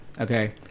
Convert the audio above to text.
okay